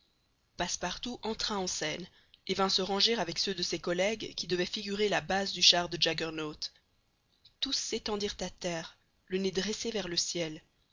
passepartout entra en scène et vint se ranger avec ceux de ses collègues qui devaient figurer la base du char de jaggernaut tous s'étendirent à terre le nez dressé vers le ciel